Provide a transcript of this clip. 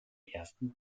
ersten